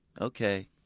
Okay